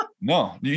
no